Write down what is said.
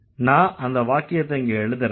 நான் அந்த வாக்கியத்தை இங்க எழுதறேன்